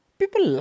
people